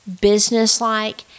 business-like